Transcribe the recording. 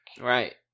right